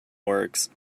works